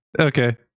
Okay